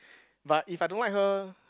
but if I don't like her